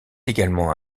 également